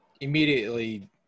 immediately